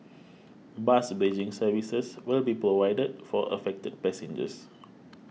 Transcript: bus bridging services will be provided for affected passengers